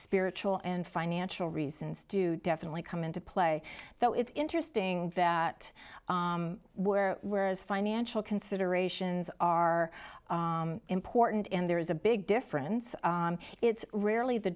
spiritual and financial reasons do definitely come into play though it's interesting that where whereas financial considerations are important and there is a big difference it's rarely the